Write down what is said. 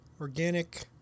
Organic